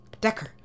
Decker